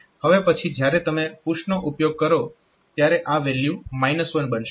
હવે પછી જ્યારે તમે પુશનો ઉપયોગ કરો ત્યારે આ વેલ્યુ 1 બનશે